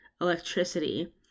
electricity